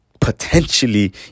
potentially